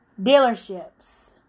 dealerships